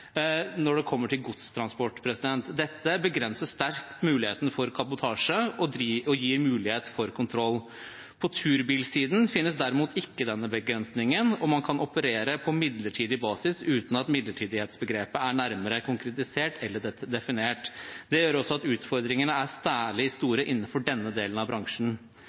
når det gjelder godstransport. Dette begrenser sterkt muligheten for kabotasje og gir mulighet for kontroll. På turbilsiden finnes derimot ikke denne begrensningen, og man kan operere på midlertidig basis uten at midlertidighetsbegrepet er nærmere konkretisert eller definert. Det gjør også at utfordringene er særlig store innenfor denne delen av bransjen.